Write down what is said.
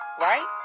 right